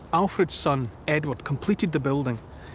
alfred's son edward completed the building.